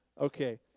Okay